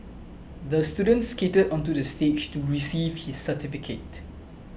the student skated onto the stage to receive his certificate